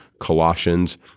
Colossians